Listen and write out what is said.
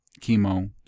chemo